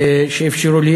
שאפשרו לי.